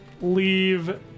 Leave